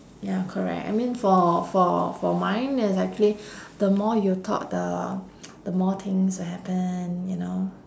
ya correct I mean for for for mine is actually the more you talk the the more things will happen you know